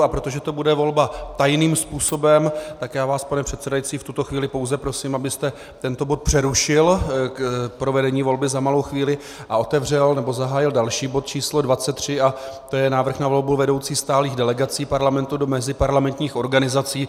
A protože to bude volba tajným způsobem, tak vás, pane předsedající, v tuto chvíli pouze prosím, abyste tento bod přerušil k provedení volby za malou chvíli a zahájil další bod číslo 23, tj. Návrh na volbu vedoucích stálých delegací Parlamentu do meziparlamentních organizací.